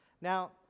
now